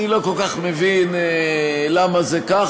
אני לא כל כך מבין למה זה כך,